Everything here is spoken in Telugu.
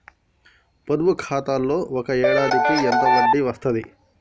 పొదుపు ఖాతాలో ఒక ఏడాదికి ఎంత వడ్డీ వస్తది?